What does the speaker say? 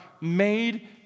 made